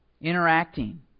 Interacting